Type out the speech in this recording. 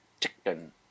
Chicken